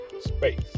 space